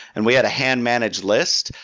and we had a hand manage list.